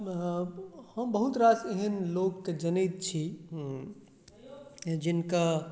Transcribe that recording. हम बहुत रास एहन लोकके जनैत छी जिनका